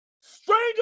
Stranger